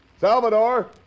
Salvador